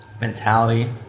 mentality